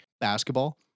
basketball